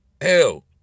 Hell